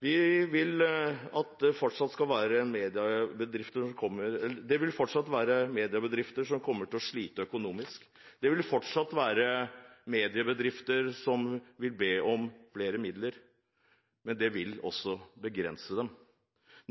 Det vil fortsatt være mediebedrifter som kommer til å slite økonomisk. Det vil fortsatt være mediebedrifter som vil be om flere midler. Men det vil også begrense dem.